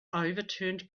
overturned